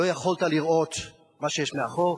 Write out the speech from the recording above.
לא יכולת לראות מה שיש מאחור.